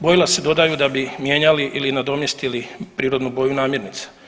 Bojila se dodaju da bi mijenjali ili nadomjestili prirodnu boju namirnica.